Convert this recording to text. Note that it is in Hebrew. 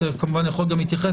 אתה כמובן יכול גם להתייחס.